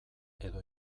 edo